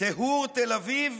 טיהור תל אביב